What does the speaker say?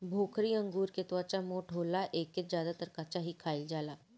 भोकरी अंगूर के त्वचा मोट होला एके ज्यादातर कच्चा ही खाईल जाला